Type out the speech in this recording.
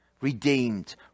redeemed